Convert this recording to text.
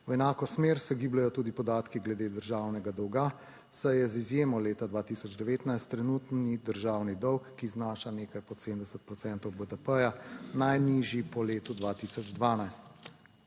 V enako smer se gibljejo tudi podatki glede državnega dolga, saj je z izjemo leta 2019 trenutni državni dolg, ki znaša nekaj pod 70 procentov BDP, najnižji po letu 2012.